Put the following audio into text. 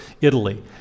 Italy